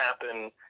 happen